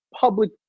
public